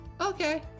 okay